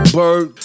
bird